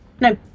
No